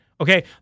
Okay